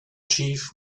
chief